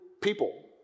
people